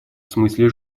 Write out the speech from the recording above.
смысле